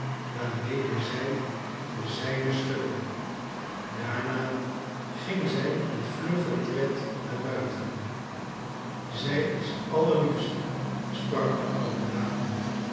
waarmede zij de zijne schudde daarna ging zij met vluggen tred naar buiten zij is allerliefst sprak de oude dame